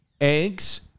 Eggs